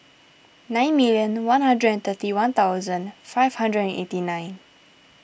nine million one hundred and thirty one thousand five hundred and eighty nine